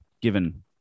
given